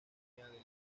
autonomía